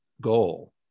goal